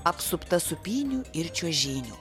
apsupta sūpynių ir čiuožynių